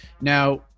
Now